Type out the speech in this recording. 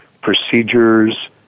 procedures